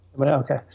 okay